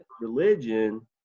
religion